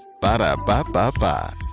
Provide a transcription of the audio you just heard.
Ba-da-ba-ba-ba